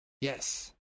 yes